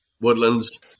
woodlands